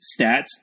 stats